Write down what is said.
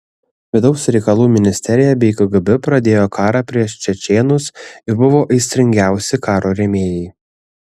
vidaus reikalų ministerija bei kgb pradėjo karą prieš čečėnus ir buvo aistringiausi karo rėmėjai